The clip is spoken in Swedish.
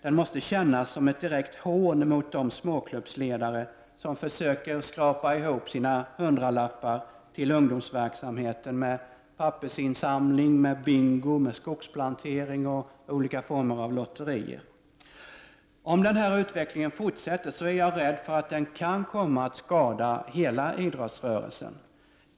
Den måste kännas som ett direkt hån mot de småklubbsledare som försöker skrapa ihop hundralappar till sin ungdomsverksamhet med hjälp av pappersinsamling, skogsplantering, bingo och olika former av lotterier. Om den här utvecklingen fortsätter är jag rädd för att den kan komma att skada hela idrottsrörelsen.